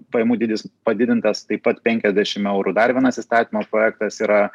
pajamų dydis padidintas taip pat penkiasdešim eurų dar vienas įstatymo projektas yra